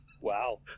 Wow